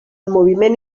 moviment